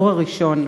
הדור הראשון